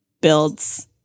builds